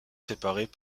séparées